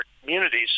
communities